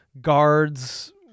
guards